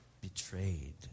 betrayed